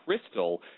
Crystal